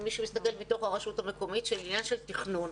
של תכנון.